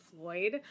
Floyd